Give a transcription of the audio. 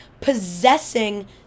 possessing